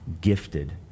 gifted